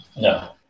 no